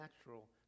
natural